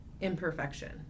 imperfection